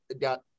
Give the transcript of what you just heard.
got